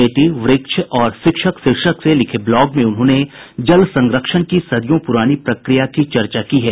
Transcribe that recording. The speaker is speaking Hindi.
बेटी व्रक्ष और शिक्षक शीर्षक से लिखे ब्लॉग में उन्होंने जल संरक्षण की सदियों प्रानी प्रक्रिया की चर्चा की है